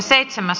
asia